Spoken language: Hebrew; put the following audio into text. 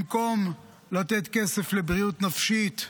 במקום לתת כסף לבריאות נפשית,